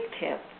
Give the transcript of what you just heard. tip